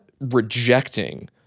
rejecting